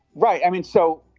right i mean, so,